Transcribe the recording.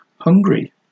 hungry